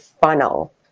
funnel